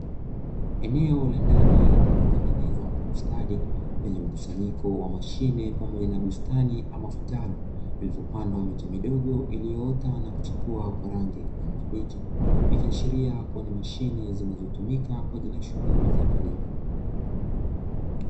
Eneo la ndani lililotengenezwa kwa ustadi lenye mkusanyiko wa mashine pamoja na bustani ama vitalu vilivyopandwa miche midogo iliyoota na kuchipua kwa rangi ya kijani kibichi, ikiashiria kuwa ni mashine zinazotumika kwa ajili ya shughuli za kilimo.